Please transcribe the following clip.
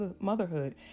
Motherhood